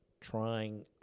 trying